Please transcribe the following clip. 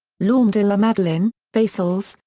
l'orme de la madeleine, faycelles,